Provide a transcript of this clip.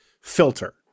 filter